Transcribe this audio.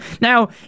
Now